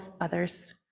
others